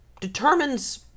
determines